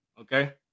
Okay